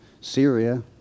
Syria